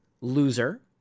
Loser